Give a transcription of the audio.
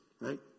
right